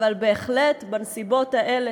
בהחלט בנסיבות האלה,